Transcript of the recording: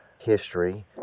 history